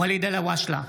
(קורא בשמות חברי הכנסת) ואליד אלהואשלה,